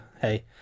hey